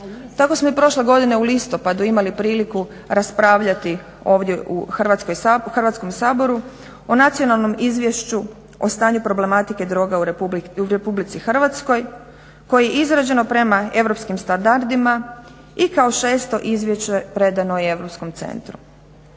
Tako smo prošle godine u listopadu imali priliku raspravljati ovdje u Hrvatskom saboru o Nacionalnom izvješću o stanju problematike droga u RH koje je izrađeno prema europskim standardima i kao šesto izvješće predano i Europskom centru.